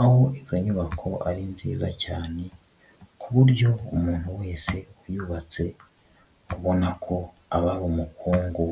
aho izo nyubako ari nziza cyane ku buryo umuntu wese uyubatse abona ko aba ari umukungu.